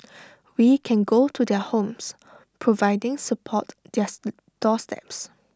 we can go to their homes providing support their doorsteps